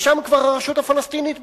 ושם כבר הרשות הפלסטינית בפנים.